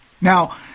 Now